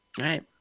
right